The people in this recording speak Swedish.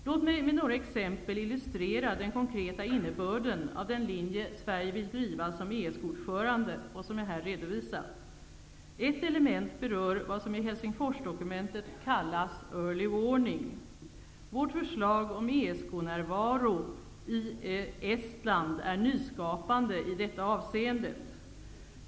Låt mig med några exempel illustrera den konkreta innebörden av den linje Sverige vill driva som ESK ordförande och som jag här redovisat. Ett element berör vad som i Helsingforsdokumentet kallas ''early warning''. Vårt förslag om ESK-närvaro i Estland är nyskapande i detta avseende.